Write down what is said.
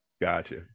Gotcha